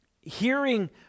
hearing